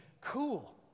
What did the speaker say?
cool